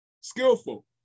skillful